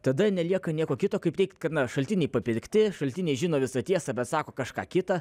tada nelieka nieko kito kaip teigt kad na šaltiniai papirkti šaltiniai žino visą tiesą bet sako kažką kita